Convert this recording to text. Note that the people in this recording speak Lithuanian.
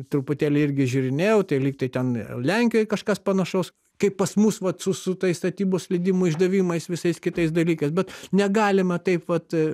truputėlį irgi žiūrinėjau tai lygtai ten ir lenkijoj kažkas panašaus kaip pas mus vat su su tais statybos leidimų išdavimas visais kitais dalykais bet negalima taip vat